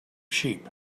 sheep